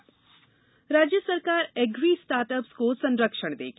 agree startup राज्य सरकार agri start up को संरक्षण देगी